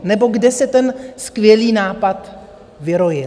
Nebo kde se ten skvělý nápad vyrojil?